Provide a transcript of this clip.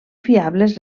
fiables